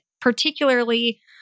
particularly